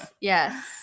yes